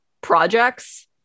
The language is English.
projects